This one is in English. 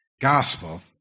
Gospel